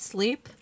Sleep